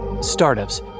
Startups